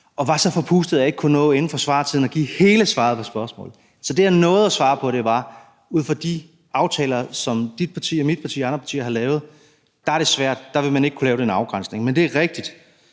og var så forpustet, at jeg ikke inden for svartiden kunne nå at give hele svaret på spørgsmålet. Det, jeg nåede at svare på, var, at ud fra de aftaler, som spørgerens parti og mit parti og andre partier har lavet er det svært, og der vil man ikke kunne lave den afgrænsning. Men det er rigtigt,